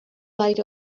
light